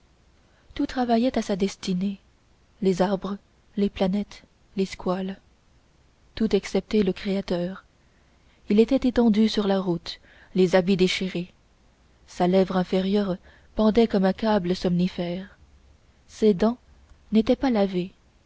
tout travaillait à sa destinée les arbres les planètes les squales tout excepté le créateur il était étendu sur la route les habits déchirés sa lèvre inférieure pendait comme un câble somnifère ses dents n'étaient pas lavées